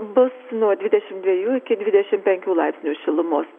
bus nuo dvidešim dviejų iki dvidešim penkių laipsnių šilumos